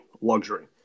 luxury